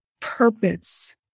Purpose